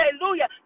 Hallelujah